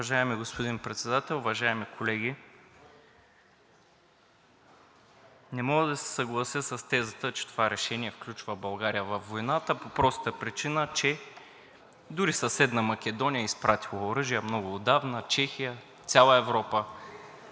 Уважаеми господин Председател, уважаеми колеги! Не мога да се съглася с тезата, че това решение включва България във войната по простата причина, че дори съседна Македония е изпратила оръжия много отдавна, Чехия, цяла Европа.